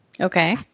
Okay